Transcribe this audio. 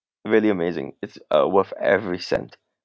really amazing it's uh worth every cent